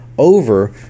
Over